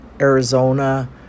Arizona